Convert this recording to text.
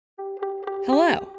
Hello